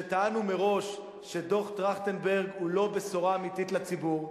שטענו מראש שדוח-טרכטנברג הוא לא בשורה אמיתית לציבור.